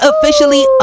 Officially